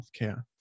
healthcare